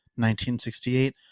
1968